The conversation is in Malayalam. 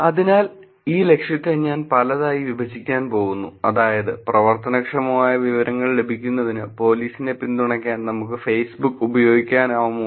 അതിനാൽ ഈ ലക്ഷ്യത്തെ ഞാൻ പലതായി വിഭജിക്കാൻ പോകുന്നു അതായത് പ്രവർത്തനക്ഷമമായ വിവരങ്ങൾ ലഭിക്കുന്നതിന് പോലീസിനെ പിന്തുണയ്ക്കാൻ നമുക്ക് ഫേസ്ബുക്ക് ഉപയോഗിക്കാമോ